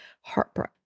heartbreak